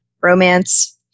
romance